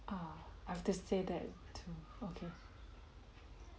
oh I have to say that to okay